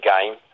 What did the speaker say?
game